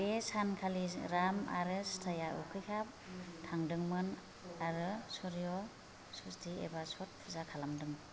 बे सान खालि राम आरो सिताया उखैहाब थादोंमोन आरो सूर्य षष्ठी एबा छठ पूजा खालामदों